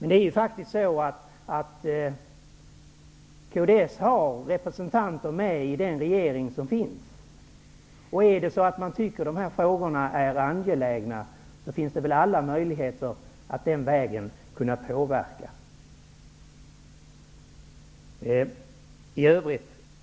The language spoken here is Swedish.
Kds har ju faktiskt representanter med i den sittande regeringen, och är det så att man tycker att de här frågorna är angelägna, har man väl alla möjligheter att påverka utformningen av politiken via sina representanter i regeringen.